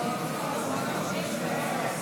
לפרוטוקול את